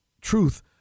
truth